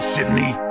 Sydney